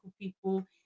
people